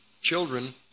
children